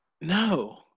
no